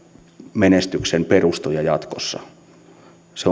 menestyksen perustoja jatkossa se